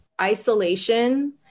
isolation